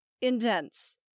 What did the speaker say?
intense